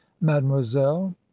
Mademoiselle